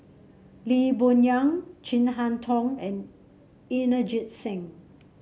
Lee Boon Yang Chin Harn Tong and Inderjit Singh